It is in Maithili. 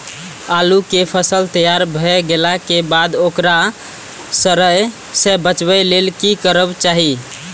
आलू केय फसल तैयार भ गेला के बाद ओकरा सड़य सं बचावय लेल की करबाक चाहि?